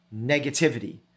negativity